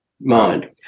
mind